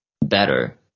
better